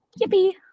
yippee